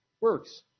works